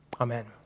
Amen